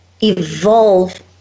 evolve